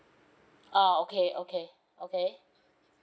uh okay okay okay